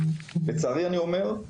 לצערי אני אומר,